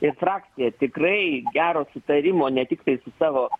ir frakcija tikrai gero sutarimo ne tiktai su savo